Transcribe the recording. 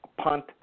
punt